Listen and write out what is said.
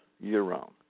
year-round